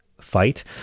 fight